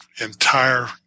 entire